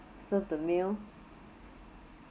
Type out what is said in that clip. serve the meal